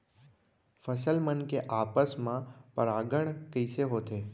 फसल मन के आपस मा परागण कइसे होथे?